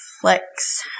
flex